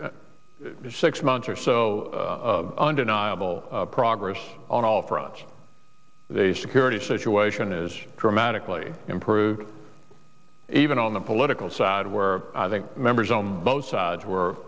six months or so undeniable progress on all fronts they security situation is dramatically improved even on the political side where i think members on both sides were